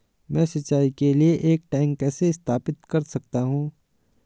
मैं सिंचाई के लिए एक टैंक कैसे स्थापित कर सकता हूँ?